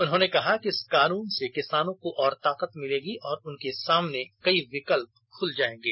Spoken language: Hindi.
उन्होंने कहा कि इस कानून से किसानों को और ताकत मिलेगी और उनके सामने कई विकल्प खुल जाएंगे